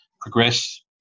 progress